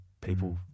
people